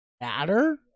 matter